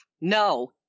No